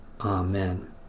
Amen